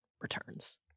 returns